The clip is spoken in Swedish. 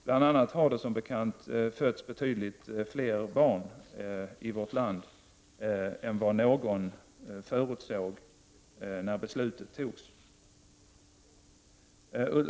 Bl.a. har det som bekant fötts betydligt fler barn i vårt land än vad någon förutsåg när beslutet togs.